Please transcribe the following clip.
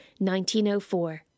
1904